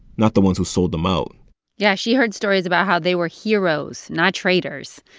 not the ones who sold them out yeah, she heard stories about how they were heroes, not traitors,